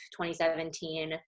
2017